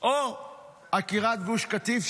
או עקירת גוש קטיף,